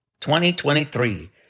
2023